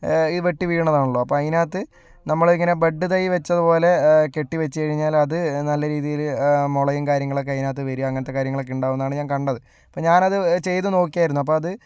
ഈ വെട്ടി വീഴുന്ന ആണല്ലോ അപ്പോൾ അതിൻറെ അകത്ത് നമ്മളെങ്ങനെ ബെഡ് തൈ വച്ചതു പോലെ കെട്ടി വെച്ച് കഴിഞ്ഞാൽ അത് നല്ല രീതിയിൽ മുളയും കാര്യങ്ങളൊക്കെ അതിനകത്ത് വരും അങ്ങനത്തെ കാര്യങ്ങളൊക്കെ ഇണ്ടാവുന്നതാണ് ഞാൻ കണ്ടത് അപ്പോൾ ഞാനത് ചെയ്തു നോക്കിയായിരുന്നു അപ്പോൾ അത്